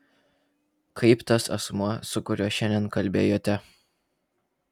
kaip tas asmuo su kuriuo šiandien kalbėjote